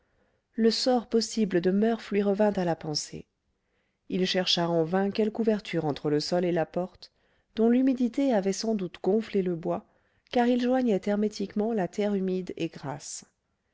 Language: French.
le sort possible de murph lui revint à la pensée il chercha en vain quelque ouverture entre le sol et la porte dont l'humidité avait sans doute gonflé le bois car il joignait hermétiquement la terre humide et grasse